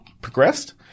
progressed